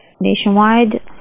nationwide